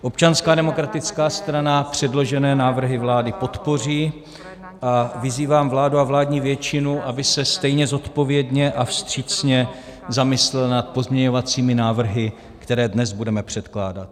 Občanská demokratická strana předložené návrhy vlády podpoří a vyzývám vládu a vládní většinu, aby se stejně zodpovědně a vstřícně zamyslela nad pozměňovacími návrhy, které dnes budeme předkládat.